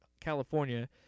California